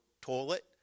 toilet